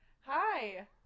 Hi